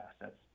assets